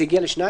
זה הגיע לשניים?